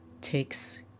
takes